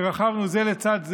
שרכבנו זה לצד זה,